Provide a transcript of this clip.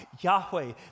Yahweh